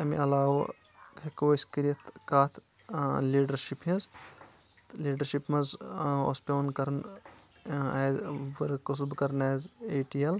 امہِ علاوٕ ہؠکو أسۍ کٔرِتھ کتھ لیٖڈرشپ ہِنٛز تہٕ لیٖڈرشِپ منٛز اوس پؠوان کران ایز ورکُبہٕ کران ایز اے ٹی ایل